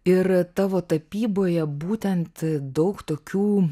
ir tavo tapyboje būtent daug tokių